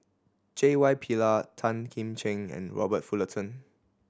J Y Pillay Tan Kim Ching and Robert Fullerton